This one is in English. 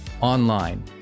online